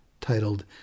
titled